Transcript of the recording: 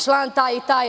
Član taj i taj.